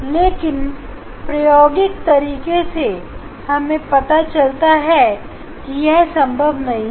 लेकिन प्रायोगिक तरीके से हमें पता चला है कि यह संभव नहीं है